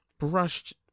brushed